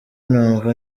numva